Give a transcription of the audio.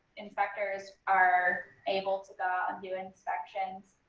inspectors are able to go out and do inspections.